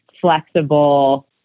flexible